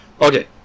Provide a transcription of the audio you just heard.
Okay